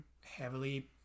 heavily